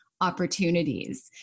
opportunities